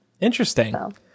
Interesting